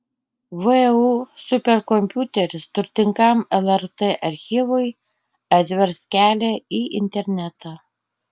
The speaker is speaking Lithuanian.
vu superkompiuteris turtingam lrt archyvui atvers kelią į internetą